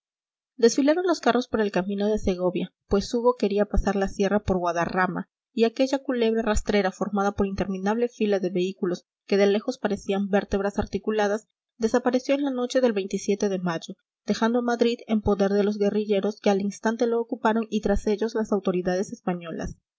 desfilaron los carros por el camino de segovia pues hugo quería pasar la sierra por guadarrama y aquella culebra rastrera formada por interminable fila de vehículos que de lejos parecían vértebras articuladas desapareció en la noche del de mayo dejando a madrid en poder de los guerrilleros que al instante lo ocuparon y tras ellos las autoridades españolas